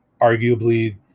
arguably